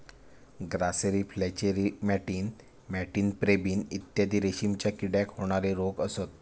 grasserie flacherie मॅटिन मॅटिन pebrine इत्यादी रेशीमच्या किड्याक होणारे रोग असत